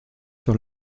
sur